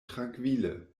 trankvile